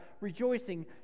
rejoicing